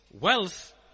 wealth